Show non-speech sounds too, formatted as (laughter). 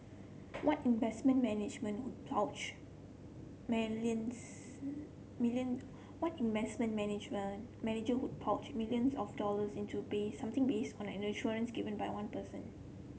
what investment manager would plough (unintelligible) million what investment management manager would plough millions of dollars into (unintelligible) something based on an assurance given by one person